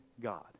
God